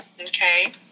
okay